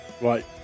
Right